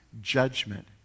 judgment